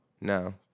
No